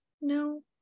No